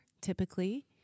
Typically